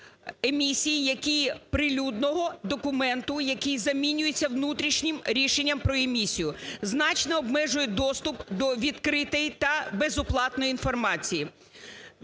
емісії, які… прилюдного документу, який замінюється внутрішнім рішенням про емісію, значно обмежує доступ до відкритою та безоплатної інформації